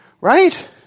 right